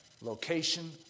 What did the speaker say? Location